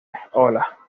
hola